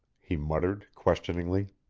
he muttered, questioningly.